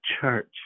church